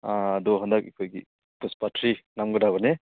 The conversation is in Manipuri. ꯑꯥ ꯑꯗꯣ ꯍꯟꯗꯛ ꯑꯩꯈꯣꯏꯒꯤ ꯄꯨꯁꯄꯥ ꯊ꯭ꯔꯤ ꯅꯝꯒꯗꯕꯅꯤ